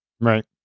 Right